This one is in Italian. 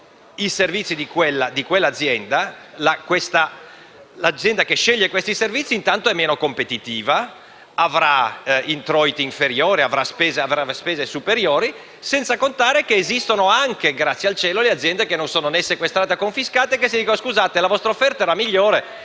i servizi di quell'azienda, l'azienda che sceglie questi servizi intanto è meno competitiva, avrà introiti inferiori, spese superiori, senza contare che esistono anche - grazie al cielo - le aziende che non sono sequestrate o confiscate, che si sentono dire che la loro offerta era la migliore,